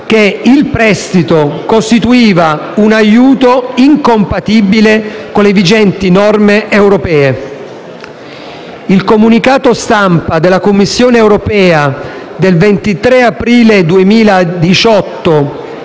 che il prestito costituiva un aiuto incompatibile con le vigenti norme europee. Il comunicato stampa della Commissione europea del 23 aprile 2018,